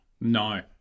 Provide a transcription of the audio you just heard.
no